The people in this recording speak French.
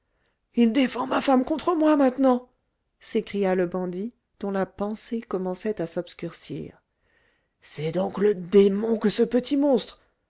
il défend ma femme contre moi maintenant s'écria le bandit dont la pensée commençait à s'obscurcir c'est donc le démon que ce petit monstre